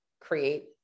create